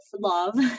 love